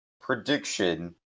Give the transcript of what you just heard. prediction